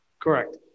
Correct